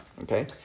Okay